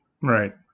Right